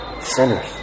sinners